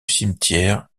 cimetière